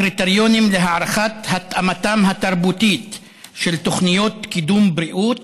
קריטריונים להערכת התאמתן התרבותית של תוכניות קידום בריאות